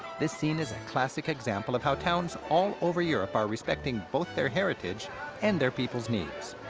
this scene is a classic example of how towns all over europe are respecting both their heritage and their people's needs.